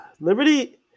Liberty